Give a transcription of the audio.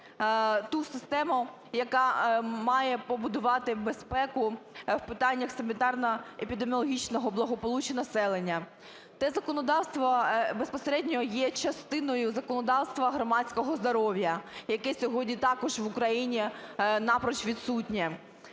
ту систему, яка має побудувати безпеку в питаннях санітарно-епідеміологічного благополуччя населення. Те законодавство безпосередньо є частиною законодавства громадського здоров'я, яке сьогодні також в Україні напроч відсутнє.